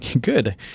Good